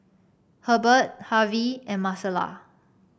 Herbert Harvy and Marcela